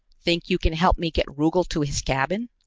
think you can help me get rugel to his cabin?